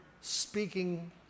speaking